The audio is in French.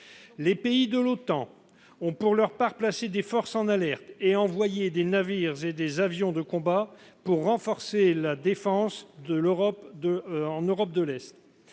l'Atlantique Nord) ont, pour leur part, placé des forces en alerte et envoyé des navires et des avions de combat pour renforcer la défense en Europe de l'Est.